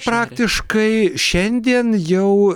praktiškai šiandien jau